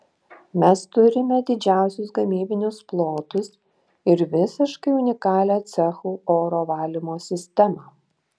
mes turime didžiausius gamybinius plotus ir visiškai unikalią cechų oro valymo sistemą